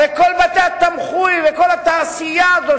הרי כל בתי-התמחוי וכל התעשייה הזאת